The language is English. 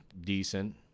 decent